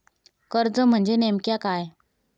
कर्ज म्हणजे नेमक्या काय?